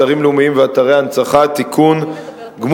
אתרים לאומיים ואתרי הנצחה (תיקון מס'